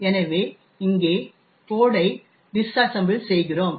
எனவே இங்கேகோட் ஐ டிஸ்அசெம்ப்ள் செய்கிறோம்